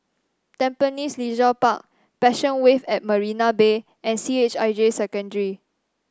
Tampines Leisure Park Passion Wave at Marina Bay and C H I J Secondary